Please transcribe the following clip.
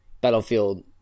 Battlefield